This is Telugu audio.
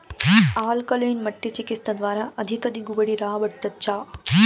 ఆల్కలీన్ మట్టి చికిత్స ద్వారా అధిక దిగుబడి రాబట్టొచ్చా